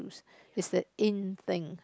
it's the in thing